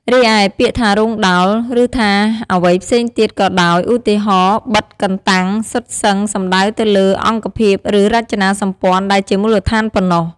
រីឯ ពាក្យថារោងដោល ឬថាអ្វីផ្សេងទៀតក៏ដោយ ឧទាហរណ៍ ប៉ិត, កន្តាំង... សុទ្ធសឹង សំដៅទៅលើអង្គភាពឬរចនាសម្ព័ន្ធដែលជាមូលដ្ឋានប៉ុណ្ណោះ។